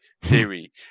theory